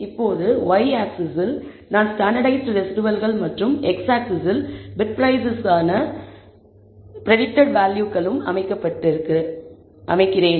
இப்போது y ஆக்ஸிஸ்ஸில் நான் ஸ்டாண்டர்ட்டைஸ்ட் ரெஸிடுவல்கள் மற்றும் x ஆக்ஸிஸ்ஸில் பிட் பிரைஸிற்கான பிரடிக்டட் வேல்யூகள் அமைக்கப்பட்டுள்ளன